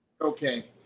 Okay